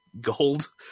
gold